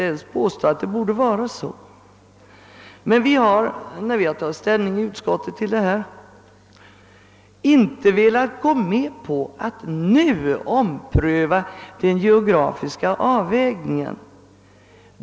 Men vi har, när vi har haft att ta ställning till dessa önskemål i utskottet, inte velat gå med på att nu ompröva den geografiska avvägningen.